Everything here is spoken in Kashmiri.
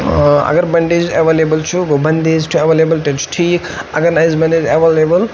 اَگر بَنڈیج ایویلیبِل چھُ گوٚو بَندیج چھُ ایویلیبِل تیٚلہِ چھُ ٹھیٖک اَگر نہٕ اَسہِ بَنڈیج ایویلیبِل چھُ